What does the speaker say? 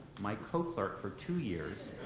my co-clerk for two years.